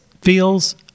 feels